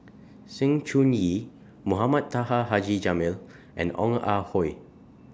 Sng Choon Yee Mohamed Taha Haji Jamil and Ong Ah Hoi